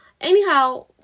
anyhow